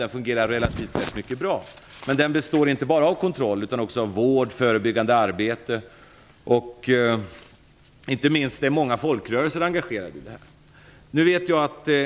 Den fungerar relativt sett mycket bra, men den består inte bara av kontroll utan också av vård och förebyggande arbete. Inte minst är många folkrörelser engagerade i det.